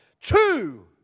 Two